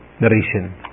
narration